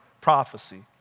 prophecy